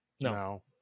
No